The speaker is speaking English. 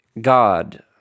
God